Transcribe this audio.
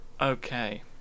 Okay